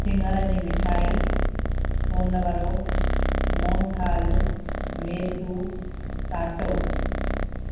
singer जी मिठाई सोनवरो मोनथाल मैसू साटो